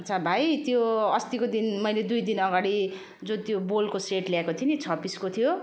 अच्छा भाइ त्यो अस्तिको दिन मैले दुई दिन अघाडि जो त्यो बोलको सेट ल्याएको थिएँ नि छ पिसको थियो